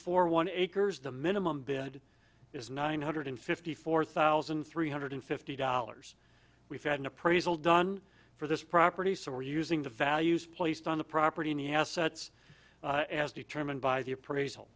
four one acres the minimum bid is nine hundred fifty four thousand three hundred fifty dollars we've had an appraisal done for this property so we're using the values placed on the property in the assets as determined by the appraisal